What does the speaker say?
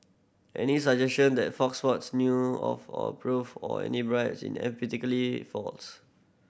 any suggestion that Fox Sports knew of or approved of any bribes is emphatically false